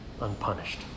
unpunished